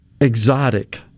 exotic